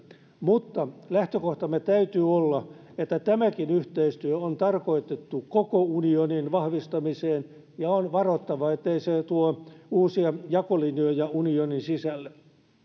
mutta lähtökohtamme täytyy olla että tämäkin yhteistyö on tarkoitettu koko unionin vahvistamiseen ja on varottava ettei se tuo uusia jakolinjoja unionin sisälle